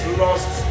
lost